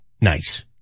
nice